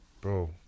Bro